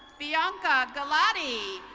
bianca galotti.